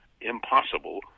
impossible